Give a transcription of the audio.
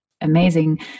amazing